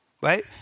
Right